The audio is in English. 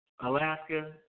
Alaska